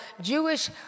Jewish